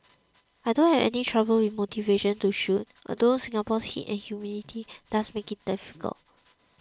I don't have any trouble with motivation to shoot although Singapore's heat and humidity does make it difficult